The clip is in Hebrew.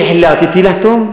אז תמשיך לצעוק.